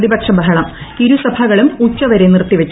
പ്രതിപക്ഷ ബഹളം ഇരുസഭകളും ഉച്ചവരെ നിറുത്തിവെച്ചു